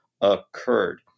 occurred